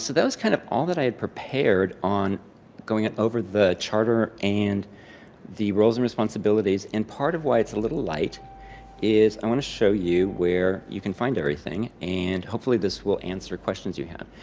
so, that was kind of all that i had prepared on going ah over the charter and the roles and responsibilities. and part of why it's a little light is i want to show you where you can find everything. and hopefully, this will answer questions you have.